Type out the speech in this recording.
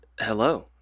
Hello